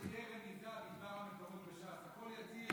הכול יציב,